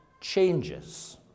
changes